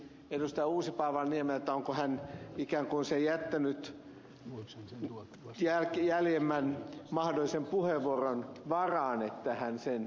uusipaavalniemeltä onko hän ikään kuin sen jättänyt jäljemmän mahdollisen puheenvuoron varaan että hän sen esittää